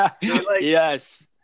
Yes